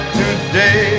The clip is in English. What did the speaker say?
today